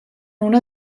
una